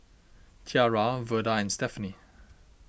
Tiarra Verda and Stephenie